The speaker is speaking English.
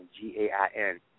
G-A-I-N